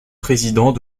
président